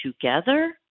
together